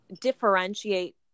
differentiate